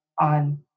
on